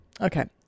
okay